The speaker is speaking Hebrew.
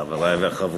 תודה רבה, חברי וחברותי,